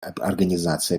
организации